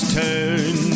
turn